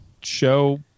show